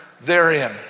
therein